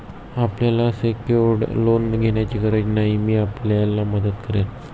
आपल्याला secured loan घेण्याची गरज नाही, मी आपल्याला मदत करेन